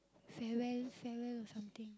farewell farewell or something